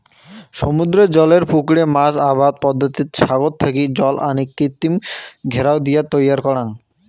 সমুদ্রের জলের পুকুরে মাছ আবাদ পদ্ধতিত সাগর থাকি জল আনি কৃত্রিম ঘেরাও দিয়া তৈয়ার করাং